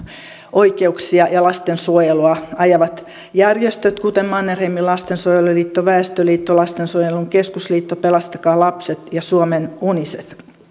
oikeuksia ja lastensuojelua ajavat järjestöt kuten mannerheimin lastensuojeluliitto väestöliitto lastensuojelun keskusliitto pelastakaa lapset ja suomen unicef